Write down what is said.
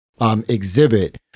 exhibit